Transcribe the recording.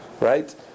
Right